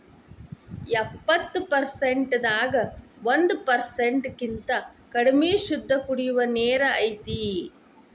ಎಪ್ಪತ್ತು ಪರಸೆಂಟ್ ದಾಗ ಒಂದ ಪರಸೆಂಟ್ ಕಿಂತ ಕಡಮಿ ಶುದ್ದ ಕುಡಿಯು ನೇರ ಐತಿ